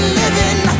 living